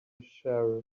sheriff